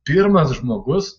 pirmas žmogus